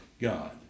God